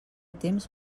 temps